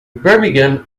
birmingham